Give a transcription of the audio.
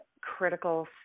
critical